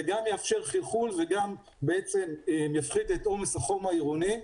זה גם יאפשר חלחול וגם יפחית את עומס החום העירוני.